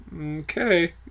Okay